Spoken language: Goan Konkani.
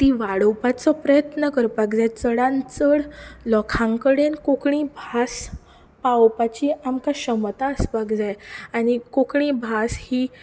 ती वाडोवपाचो प्रयत्न करपाक जाय चडांत चड लोकां कडेन कोंकणी भास पावोवपाची आमकां क्षमता आसपाक जायआनी कोंकणी भास ही